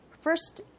first